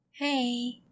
Hey